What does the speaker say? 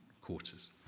quarters